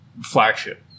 flagship